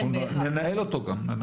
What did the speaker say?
אנחנו ננהל אותו גם.